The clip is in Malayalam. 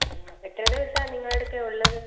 എത്ര ദിവസമാണ് നിങ്ങളുടെ അടുക്കൽ ഉള്ളത്